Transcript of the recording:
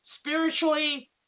spiritually